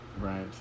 right